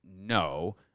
no